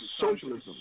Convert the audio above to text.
socialism